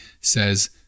says